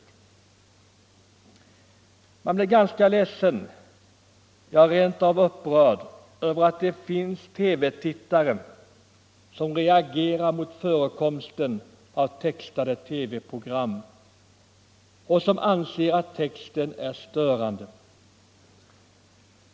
Men man blir ganska ledsen, ja, rent av upprörd, över att det finns TV-tittare som reagerar mot förekomsten av textade TV-program och som anser att texten är störande.